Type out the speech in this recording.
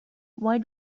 why